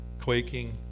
quaking